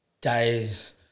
days